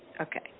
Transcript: Okay